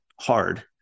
hard